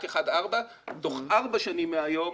רק 1-4. תוך ארבע שנים מהיום